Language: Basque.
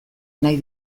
nahi